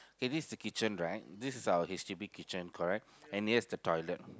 kay this is the kitchen right this is our H_D_B kitchen correct and here's the toilet